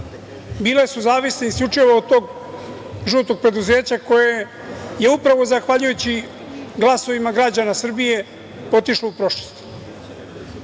Bile su zavisne isključivo od tog žutog preduzeća koje je upravo zahvaljujući glasovima građana Srbije otišlo u prošlost. Više